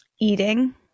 Eating